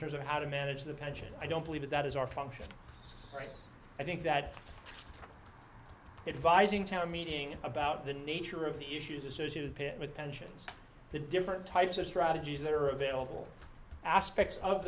terms of how to manage the pension i don't believe that that is our function right i think that it vising town meeting about the nature of the issues associated with pensions the different types of strategies that are available aspects of